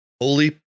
Holy